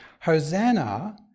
Hosanna